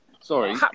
Sorry